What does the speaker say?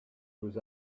was